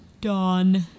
dawn